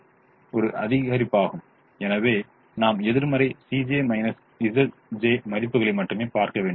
சிக்கல் ஒரு அதிகரிப்பாகும் எனவே நாம் எதிர்மறை மதிப்புகளை மட்டுமே பார்க்க வேண்டும்